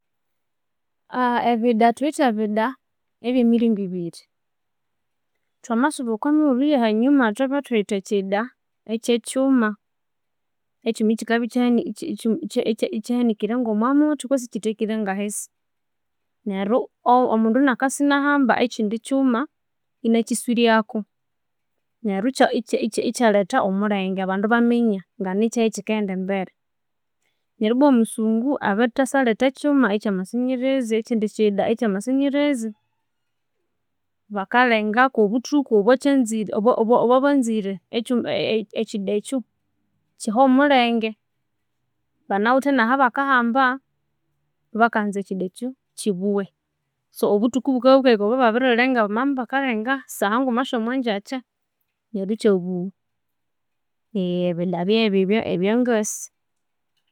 Ebida thuwithe ebida ebyemiringo ibiri thwamasuba okwa mighulhu ya hanyuma thwabya ithuwithe ekida ekyekyuma ekyinu ekikabya ekihanikire ngo mwa muthi kutse ikithekire nga ahisi neryu omundu inakasa inahamba ekindi kyuma inakiswiryaku, neryu iki- iki- ikithalhetha omulhenge abandu ebaminya nganikyahi ekikaghenda embere neryu ibwa omusungu abirithasalhetha ekyuma ekyuma ekya masenyerezi ekindi kida ekyamasenyerezi bakalhengako obuthuku obwakyanzire obwa obwannzire eki- ekida ekyo kihe omulhenge banawithe naha bakahamba, bakanza ekida ekyu kibughe. So obuthuku bukabya bukahika obwa baryalhenga bamabya imubakalhenga saha nguma esyo mwangyakya neryo ekyabugha ebida bwebyu ebya ngasi.